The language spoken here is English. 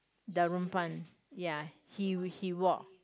Darunpan ya he he walk